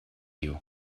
you